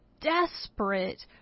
desperate